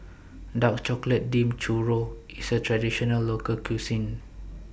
Dark Chocolate Dipped Churro IS A Traditional Local Cuisine